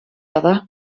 other